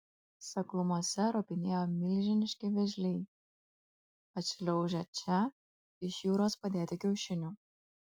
seklumose ropinėjo milžiniški vėžliai atšliaužę čia iš jūros padėti kiaušinių